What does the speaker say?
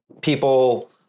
people